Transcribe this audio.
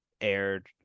aired